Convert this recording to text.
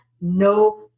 no